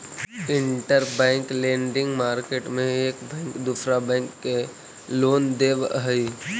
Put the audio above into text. interbank lending market में एक bank दूसरा बैंक के लोन देवऽ हई